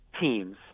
teams